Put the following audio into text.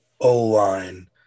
O-line